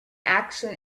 action